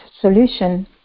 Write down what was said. solution